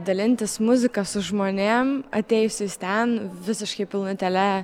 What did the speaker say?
dalintis muzika su žmonėm atėjusiais ten visiškai pilnutėle